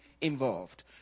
involved